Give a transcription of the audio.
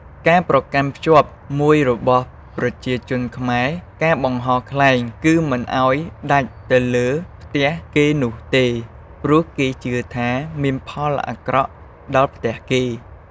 ការប្រកាន់ភ្ជាប់មួយរបស់ប្រជាជនខ្មែរការបង្ហោះខ្លែងគឺមិនអោយដាច់ទៅលើផ្ទះគេនោះទេព្រោះគេជឿថាមានផលអាក្រក់ដល់ផ្ទះគេ។